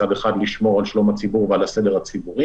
מצד אחד לשמור על שלום הציבור ועל הסדר הציבורי